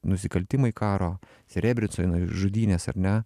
nusikaltimai karo serebricoj žudynės ar ne